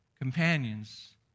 companions